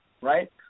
right